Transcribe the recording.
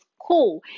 cool